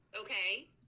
okay